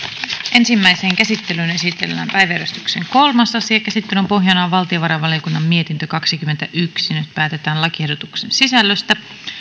ensimmäiseen käsittelyyn esitellään päiväjärjestyksen kolmas asia käsittelyn pohjana on valtiovarainvaliokunnan mietintö kaksikymmentäyksi nyt päätetään lakiehdotuksen sisällöstä